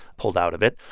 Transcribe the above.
pulled out of it.